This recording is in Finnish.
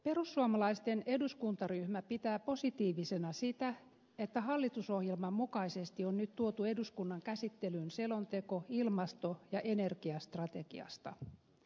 perussuomalaisten eduskuntaryhmä pitää positiivisena sitä että hallitusohjelman mukaisesti on nyt tuotu eduskunnan käsittelyyn selonteko ilmasto ja energiastrategiasta